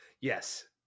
Yes